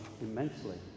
immensely